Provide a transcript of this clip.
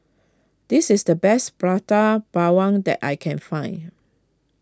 this is the best Prata Bawang that I can find